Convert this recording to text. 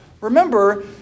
Remember